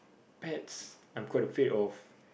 pets I'm quite afraid of